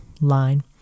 line